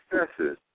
successes